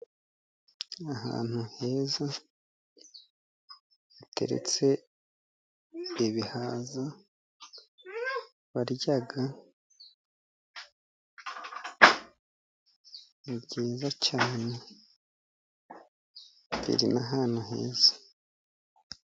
Ahantu heza hateretse ibihaza barya, ni byiza cyane biri n'ahantu heza.